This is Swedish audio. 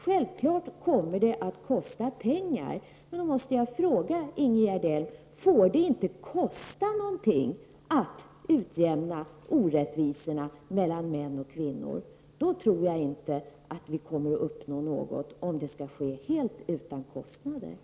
Självklart kommer det att kosta pengar. Jag måste fråga Ingegerd Elm: Får det inte kosta någonting att utjämna orättvisorna mellan män och kvinnor? Om det skall ske helt utan kostnader tror jag inte vi kommer att uppnå någonting.